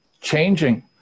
changing